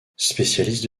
spécialiste